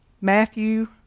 Matthew